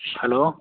hello